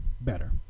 better